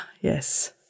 Yes